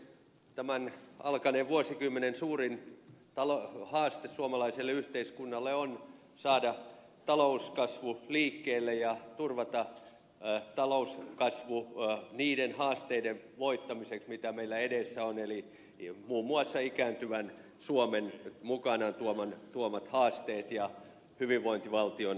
tämän alkaneen vuosikymmenen suurin haaste suomalaiselle yhteiskunnalle on saada talouskasvu liikkeelle ja turvata talouskasvu niiden haasteiden voittamiseksi mitä meillä edessä on eli muun muassa ikääntyvän suomen mukanaan tuomat haasteet ja hyvinvointivaltion säilyttäminen